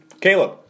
Caleb